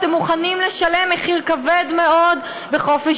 אתם מוכנים לשלם מחיר כבד מאוד בחופש